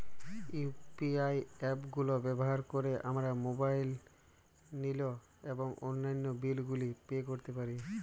UPI app গুলো ব্যবহার করে আমরা মোবাইল নিল এবং অন্যান্য বিল গুলি পে করতে পারি